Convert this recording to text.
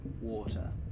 Water